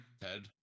Ted